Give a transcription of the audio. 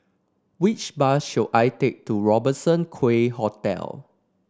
which bus should I take to Robertson Quay Hotel